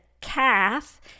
calf